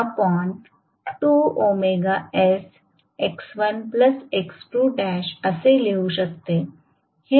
हे आणखी एक समीकरण आहे